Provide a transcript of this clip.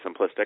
simplistic